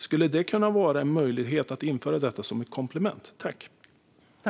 Skulle det vara möjligt att införa detta som ett komplement?